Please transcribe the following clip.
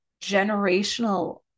generational